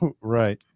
right